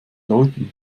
leuten